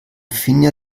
finja